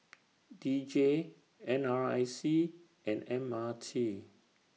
D J N R I C and M R T